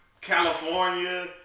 California